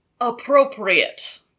appropriate